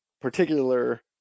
particular